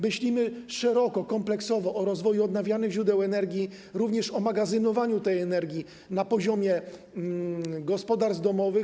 Myślimy szeroko, kompleksowo o rozwoju odnawialnych źródeł energii, również o magazynowaniu tej energii na poziomie gospodarstw domowych.